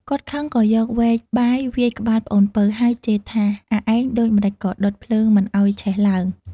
គាត់ខឹងក៏យកវែកបាយវាយក្បាលប្អូនពៅ ហើយជេរថា "អាឯងដូចម្ដេចក៏ដុតភ្លើងមិនឱ្យឆេះឡើង?។